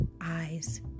eyes